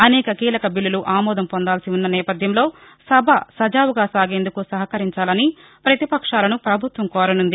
అనేక కీలక బిల్లులు ఆమోదం పొందాల్సి ఉన్న నేపథ్యంలో సభ సజావుగా సాగేందుకు సహకరించాలని ప్రతిపక్షాలను ప్రభుత్వం కోరనుంది